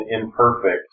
imperfect